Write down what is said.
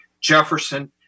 Jefferson